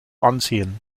ansehen